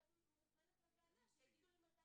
על איזה ילדים.